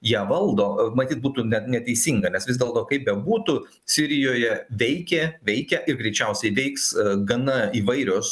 ją valdo matyt būtų ne neteisinga nes vis dėlto kaip bebūtų sirijoje veikė veikia ir greičiausiai veiks gana įvairios